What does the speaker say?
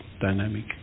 dynamic